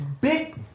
big